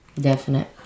Definite